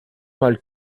mal